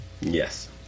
Yes